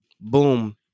boom